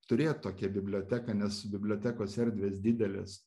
turėt tokią biblioteką nes bibliotekos erdvės didelės